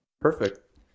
Perfect